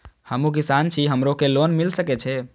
हमू किसान छी हमरो के लोन मिल सके छे?